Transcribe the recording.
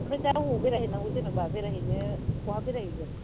ओमफ्राय दा अबाव बेरायहैनांगौ जेन'बा बेरायहैनो बहा बेरायहैगोन